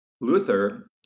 Luther